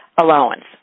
allowance